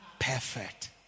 perfect